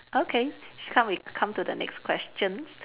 okay come we come to the next question